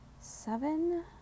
seven